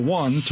one